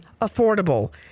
affordable